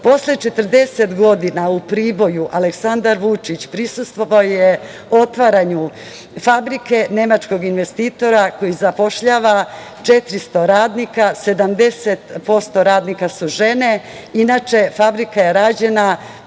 40 godina u Priboju Aleksandar Vučić prisustvovao je otvaranju fabrike nemačkog investitora koji zapošljava 400 radnika, 70% radnika su žene. Inače, fabrika je rađena